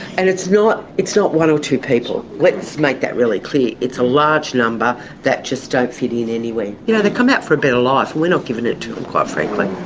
and it's not it's not one or two people, let's make that really clear, it's a large number that just don't fit in anywhere. you know, they come out for a better life and we're not giving it to them, quite frankly.